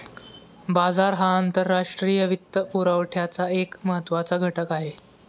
बाजार हा आंतरराष्ट्रीय वित्तपुरवठ्याचा एक महत्त्वाचा घटक आहे